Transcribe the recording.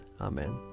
Amen